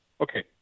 Okay